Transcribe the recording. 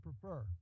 prefer